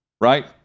right